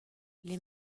les